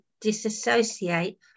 disassociate